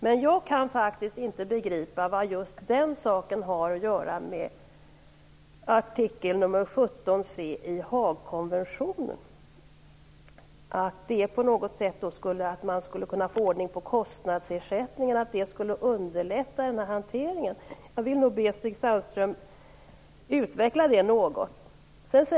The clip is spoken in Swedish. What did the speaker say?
Men jag kan faktiskt inte begripa vad just den saken har att göra med artikel 17 c i Haagkonventionen eller hur det skulle underlätta hanteringen om man fick ordning på kostnadsersättningen. Jag vill be Stig Sandström att utveckla detta något.